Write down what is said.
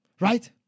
right